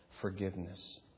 forgiveness